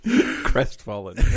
Crestfallen